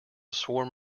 swarm